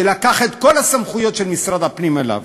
שלקח את כל הסמכויות של משרד הפנים אליו,